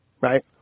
right